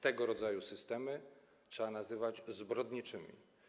Tego rodzaju systemy trzeba nazywać zbrodniczymi.